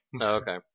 Okay